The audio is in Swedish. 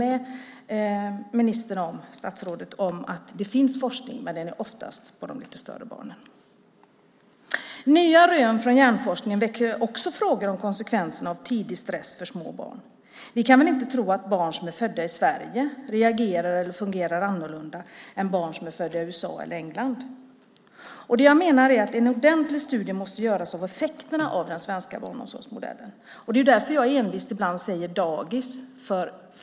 Jag håller med statsrådet om att det finns forskning, men den gäller oftast de lite större barnen. Nya rön från hjärnforskningen väcker också frågor om konsekvenserna av tidig stress för små barn. Vi kan väl inte tro att barn som är födda i Sverige reagerar eller fungerar annorlunda än barn som är födda i USA eller England? Jag menar att en ordentlig studie måste göras av effekterna av den svenska barnomsorgsmodellen. Det är därför jag envist ibland säger "dagis".